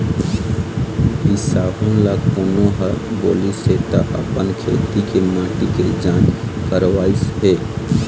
बिसाहू ल कोनो ह बोलिस हे त अपन खेत के माटी के जाँच करवइस हे